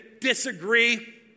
disagree